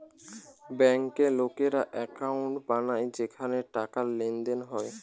বেঙ্কে লোকেরা একাউন্ট বানায় যেখানে টাকার লেনদেন হয়